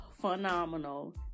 phenomenal